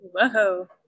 Whoa